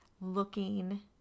looking